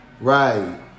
Right